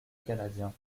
canadien